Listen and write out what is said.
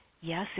yes